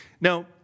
Now